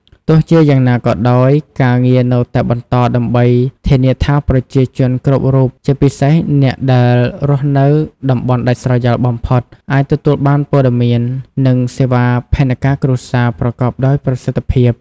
ទោះជាយ៉ាងណាក៏ដោយ ការងារនៅតែបន្តដើម្បីធានាថាប្រជាជនគ្រប់រូប ជាពិសេសអ្នកដែលរស់នៅតំបន់ដាច់ស្រយាលបំផុត អាចទទួលបានព័ត៌មាន និងសេវាផែនការគ្រួសារប្រកបដោយប្រសិទ្ធិភាព។